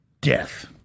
death